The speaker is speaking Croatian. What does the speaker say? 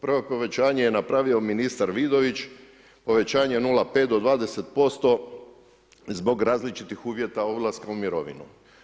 Prvo povećanje je napravio ministar Vidović, povećanje 0,5 do 20% zbog različitih uvjeta odlaska u mirovinu.